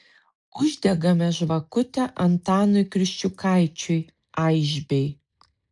uždegame žvakutę antanui kriščiukaičiui aišbei